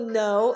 no